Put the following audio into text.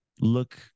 look